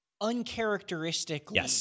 uncharacteristically